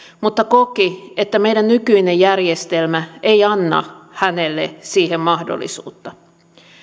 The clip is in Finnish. mutta koki että meidän nykyinen järjestelmämme ei anna hänelle siihen mahdollisuutta